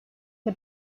que